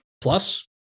Plus